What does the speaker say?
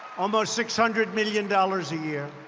almost six hundred million dollars a year.